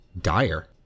dire